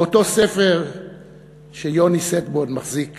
באותו ספר שיוני שטבון מחזיק